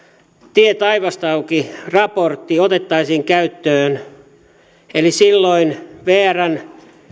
tie auki taivasta myöten raportti otettaisiin käyttöön eli silloin vrn